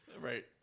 Right